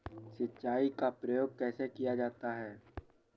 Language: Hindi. सिंचाई का प्रयोग कैसे किया जाता है?